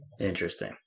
Interesting